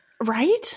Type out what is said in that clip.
Right